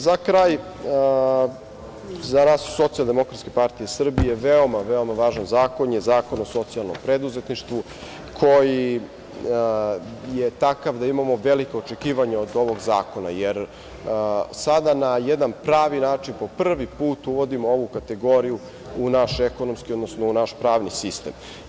Za kraj, za nas iz SDPS veoma, veoma važan zakon je Zakon o socijalnom preduzetništvu, koji je takav da imamo velika očekivanja od ovog zakona, jer sada na jedan pravi način po prvi put uvodimo ovu kategoriju u naš ekonomski, odnosno u naš pravni sistem.